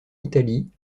italie